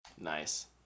nice